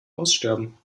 aussterben